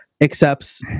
accepts